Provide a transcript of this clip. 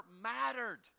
mattered